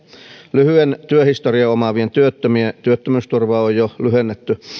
lyhyen työhistorian omaavien työttömien työttömyysturvaa on jo lyhennetty